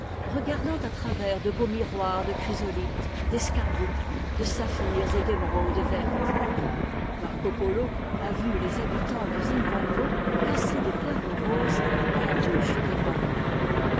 regardant à travers de beaux miroirs de chrysolithes d'escarboucles de saphirs et d'émeraudes vertes marco polo a vu les habitants du zipango placer des perles roses dans la bouche des morts